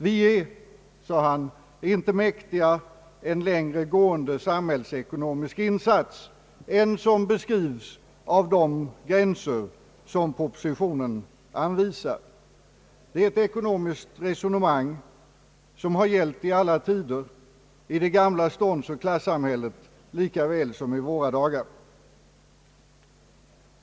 Vi är, säger han, inte mäktiga en längre gående samhällsekonomisk insats än som beskrivs av de gränser som propositionen anvisar. Det är ett ekonomiskt resonemang som har gällt i alla tider, i det gamla ståndsoch klassamhället lika väl som i våra dagar.